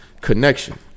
connection